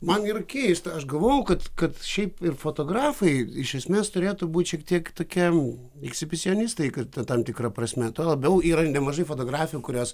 man keista aš galvojau kad kad šiaip ir fotografai iš esmės turėtų būt šiek tiek tokie ekshibicionistai kad tam tikra prasme tuo labiau yra nemažai fotografių kurios